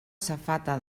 safata